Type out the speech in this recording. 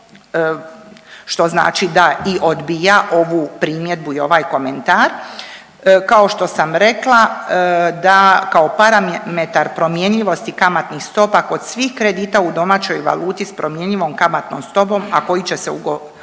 što znači da i odbija ovu primjedbu i ovaj komentar. Kao što sam rekla da kao parametar promjenjivosti kamatnih stopa kod svih kredita u domaćoj valuti s promjenjivom kamatnom stopom, a koji će se ugovarati